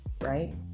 right